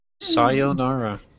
Sayonara